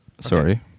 Sorry